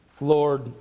Lord